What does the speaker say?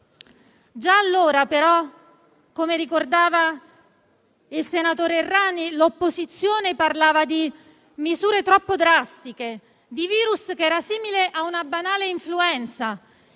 Già allora però, come ricordava il senatore Errani, l'opposizione parlava di misure troppo drastiche, di un virus simile a una banale influenza.